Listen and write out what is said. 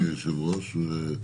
אדוני היושב-ראש,